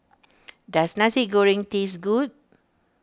does Nasi Goreng taste good